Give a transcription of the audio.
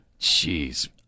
jeez